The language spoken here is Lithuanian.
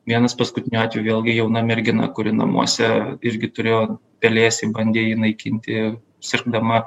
vienas paskutinių atvejų vėlgi jauna mergina kuri namuose irgi turėjo pelėsį bandė jį naikinti sirgdama